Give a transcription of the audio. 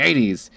80s